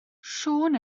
siôn